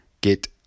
get